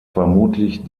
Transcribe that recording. vermutlich